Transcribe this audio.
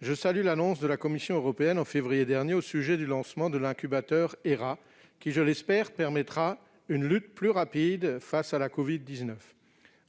je salue l'annonce, par la Commission européenne, en février dernier, du lancement de l'incubateur HERA, qui, je l'espère, permettra une lutte plus rapide face à la covid-19.